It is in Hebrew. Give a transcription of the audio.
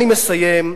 אני מסיים,